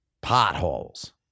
potholes